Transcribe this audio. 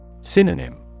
Synonym